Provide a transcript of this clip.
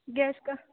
gas کا